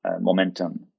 momentum